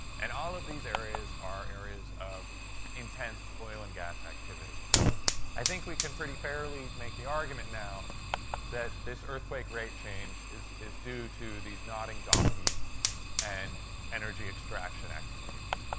and all of these areas are areas of intense oil and gas activity. so i think we can pretty fairly make the argument now that this earthquake rate change is is due to these nodding donkeys and energy extraction activities.